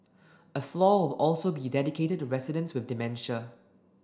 a floor will also be dedicated to residents with dementia